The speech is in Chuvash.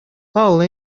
паллӑ